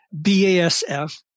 BASF